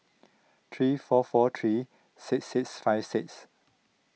three four four three six six five six